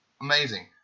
Amazing